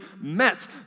met